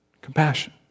compassion